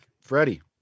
Freddie